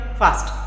fast